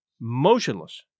motionless